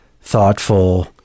thoughtful